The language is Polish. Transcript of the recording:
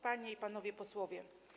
Panie i Panowie Posłowie!